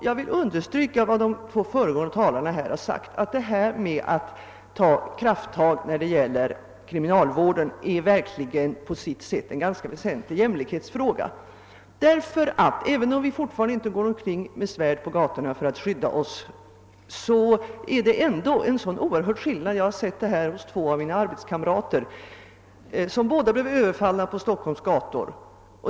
Jag vill understryka vad de två föregående talarna har sagt, att frågan om att ta krafttag när det gäller kriminalvården på sitt sätt verkligen är en väsentlig jämlikhetsfråga. Även om vi inte fortfarande går omkring med svärd för att skydda oss, är det ändå oerhört stora skillnader. Två av mina arbetskamrater har blivit överfallna på Stockholms gator.